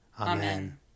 Amen